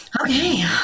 Okay